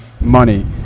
money